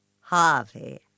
Harvey